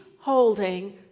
holding